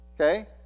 Okay